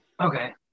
okay